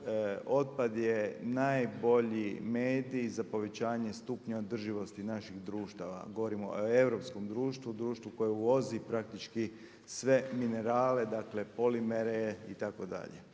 otpad je najbolji mediji za povećanje stupnja održivosti naših društava, govorimo o europskom društvu, društvu koje uvozi praktički sve minerale, dakle polimere itd.